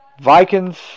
Vikings